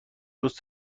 دوست